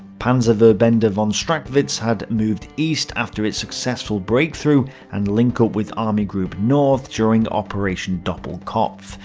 panzerverbande von strachwitz had moved east after it's successful breakthrough and linkup with army group north during operation doppelkopf,